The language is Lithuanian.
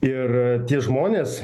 ir tie žmonės